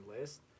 list